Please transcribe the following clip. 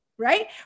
right